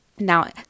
Now